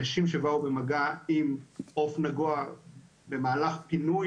אנשים שבאו במגע עם עוף נגוע במהלך פינוי,